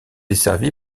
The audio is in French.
desservi